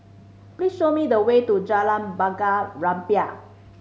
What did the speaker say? please show me the way to Jalan Bunga Rampai